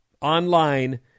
online